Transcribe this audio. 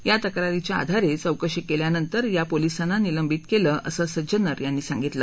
या तक्रारीच्या आधारे चौकशी केल्यानंतर या पोलीसांना निलंबित केलं असं सज्जनर यांनी सांगितलं